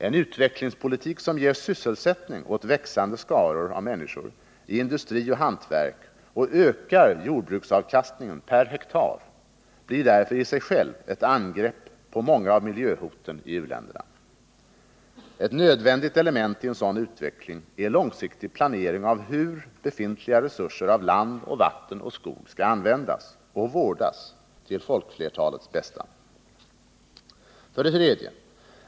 En utvecklingspolitik som ger sysselsättning åt växande skaror i industri och hantverk och ökar jordbruksavkastningen per hektar blir därför i sig ett angrepp på många av miljöhoten i u-länderna. Ett nödvändigt element i en sådan utveckling är långsiktig planering av hur befintliga resurser av land, vatten och skog skall användas och vårdas till folkflertalets bästa. 3.